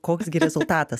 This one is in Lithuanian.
koks gi rezultatas